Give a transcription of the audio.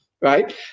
right